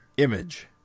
Image